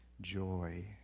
joy